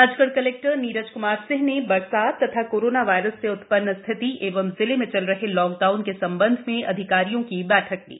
Rajgarh collector Neeraj Kumar Singh ने बरसात तथा कोरोना वायरस से उत्पन्न स्थिति एवं जिले में चल रहे लाकडाउन के सम्बन्ध में अधिकारियों की बैठक ली